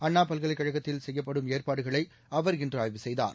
அண்ணா பல்கலைக்கழகத்தில் செய்யப்படும் ஏற்பாடுகளை அவர் இன்று ஆய்வு செய்தார்